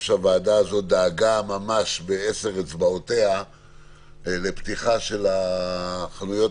שהוועדה הזאת דאגה ב-10 אצבעותיה לפתיחה של חנויות